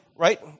Right